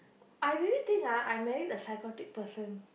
I really think ah I married a psychotic person